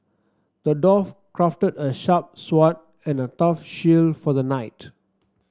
the dwarf crafted a sharp sword and a tough shield for the knight